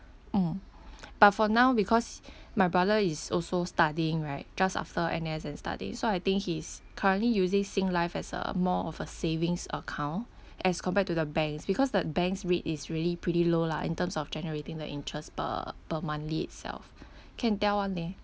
mm but for now because my brother is also studying right just after N_S then studying so I think he's currently using Singlife as a more of a savings account as compared to the banks because the banks rate is really pretty low lah in terms of generating the interest per per monthly itself can tell [one] leh